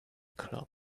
club